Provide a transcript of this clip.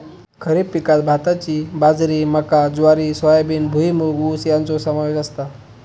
खरीप पिकांत भाताची बाजरी मका ज्वारी सोयाबीन भुईमूग ऊस याचो समावेश असता